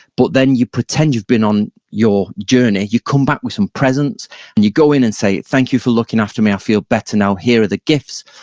but then you pretend you've been on your journey. you come back with some presents and you go in and you say, thank you for looking after me. i feel better now. here are the gifts.